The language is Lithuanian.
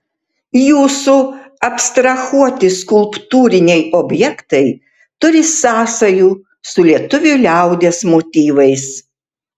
jūsų abstrahuoti skulptūriniai objektai turi sąsajų su lietuvių liaudies motyvais